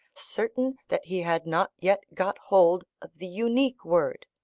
certain that he had not yet got hold of the unique word.